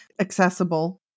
accessible